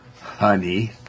honey